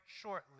shortly